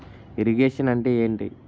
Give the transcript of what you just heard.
Irrigation అంటే ఏంటీ?